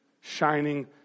shining